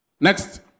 next